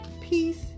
peace